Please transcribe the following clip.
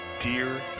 Dear